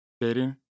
dating